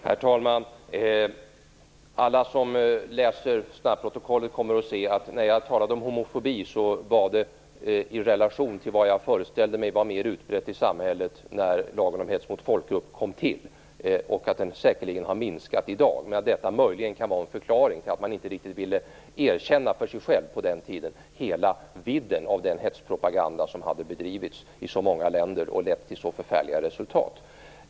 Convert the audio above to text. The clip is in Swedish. Herr talman! Alla som läser snabbprotokollet kommer att se att när jag talade om homofobi var det i relation till vad jag föreställde mig var mer utbrett i samhället när lagen om hets mot folkgrupp kom till och att det säkerligen har minskat i dag, men att detta möjligen kan vara en förklaring till att man på den tiden inte riktigt ville erkänna för sig själv hela vidden av den hetspropaganda som hade bedrivits i så många länder och som lett till så förfärliga resultat.